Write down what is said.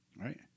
Right